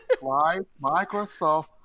Microsoft